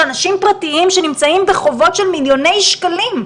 אנשים פרטיים שנמצאים בחובות של מיליוני שקלים.